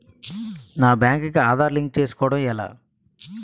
నా బ్యాంక్ కి ఆధార్ లింక్ చేసుకోవడం ఎలా?